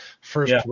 first